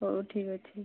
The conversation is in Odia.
ହେଉ ଠିକ୍ ଅଛି